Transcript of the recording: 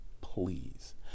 please